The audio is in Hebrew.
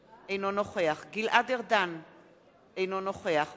אני אוהב את החרדים כי הם אחים שלי,